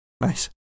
Nice